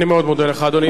אני מאוד מודה לך, אדוני.